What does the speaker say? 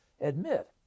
admit